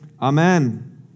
amen